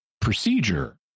procedure